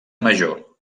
major